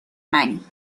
منی